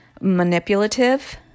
manipulative